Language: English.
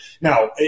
Now